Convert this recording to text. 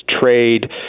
trade